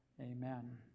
Amen